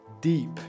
deep